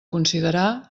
considerar